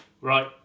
right